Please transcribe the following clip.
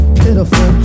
pitiful